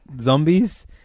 zombies